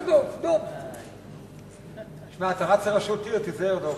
התש"ע 2009,